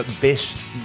best